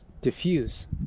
diffuse